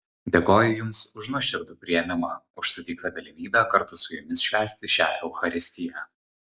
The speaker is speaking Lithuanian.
dėkoju jums už nuoširdų priėmimą už suteiktą galimybę kartu su jumis švęsti šią eucharistiją